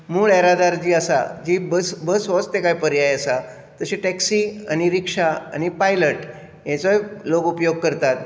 मूळ येरादारी जी आसा जी बस होच तेका पर्याय आसा तशी टॅक्सी आनी रिक्षा आनी पायलट हेचोय लोग उपयोग करतात